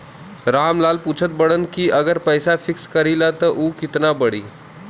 राम लाल पूछत बड़न की अगर हम पैसा फिक्स करीला त ऊ कितना बड़ी?